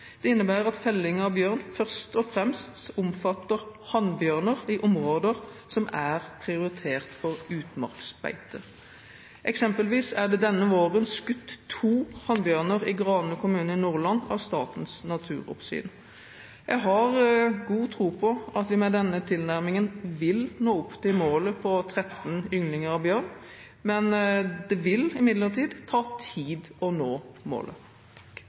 Det innebærer at felling av bjørn først og fremst omfatter hannbjørner i områder som er prioritert for utmarksbeite. Eksempelvis er det denne våren skutt to hannbjørner i Grane kommune i Nordland av Statens naturoppsyn. Jeg har god tro på at vi med denne tilnærmingen vil nå opp til målet på 13 ynglinger av bjørn. Det vil imidlertid ta tid å nå målet.